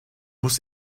muss